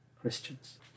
Christians